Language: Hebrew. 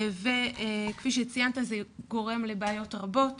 כפי שציינת זה גורם לבעיות רבות,